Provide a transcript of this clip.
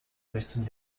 sechzehn